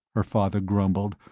her father grumbled.